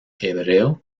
hebreo